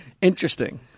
Interesting